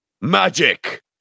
Magic